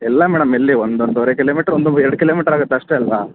ಇಲ್ಲ ಮೇಡಮ್ ಎಲ್ಲಿ ಒಂದು ಒಂದೂವರೆ ಕಿಲೋಮೀಟರ್ ಒಂದು ಎರಡು ಕಿಲೋಮೀಟರ್ ಆಗತ್ತಷ್ಟೇ ಅಲ್ವ